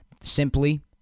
Simply